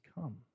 come